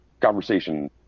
conversation